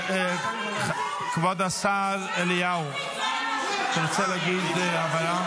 כבוד השר אליהו, תרצה להגיד הבהרה?